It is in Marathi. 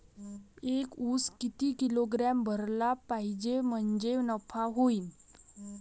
एक उस किती किलोग्रॅम भरला पाहिजे म्हणजे नफा होईन?